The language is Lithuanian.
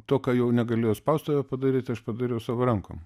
to ką jau negalėjo spaustuvė padaryt tai aš padariau savo rankom